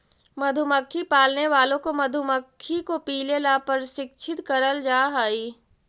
मधुमक्खी पालने वालों को मधुमक्खी को पीले ला प्रशिक्षित करल जा हई